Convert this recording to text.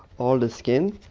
all the skin.